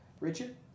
Richard